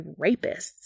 rapists